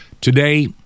today